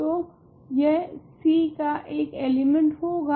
तो यह C का एक एलिमेंट होगा